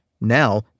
Now